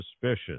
suspicious